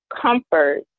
comfort